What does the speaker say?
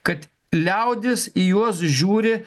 kad liaudis į juos žiūri